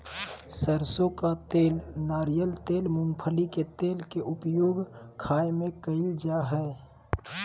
सरसों का तेल नारियल तेल मूंगफली के तेल के उपयोग खाय में कयल जा हइ